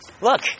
Look